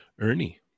Ernie